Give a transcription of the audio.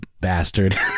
bastard